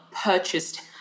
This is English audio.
purchased